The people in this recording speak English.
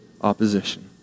opposition